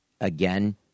again